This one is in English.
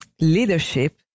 leadership